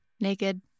Naked